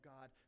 God